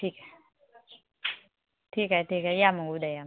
ठीक ठीक आहे ठीक आहे या मग उद्या या मग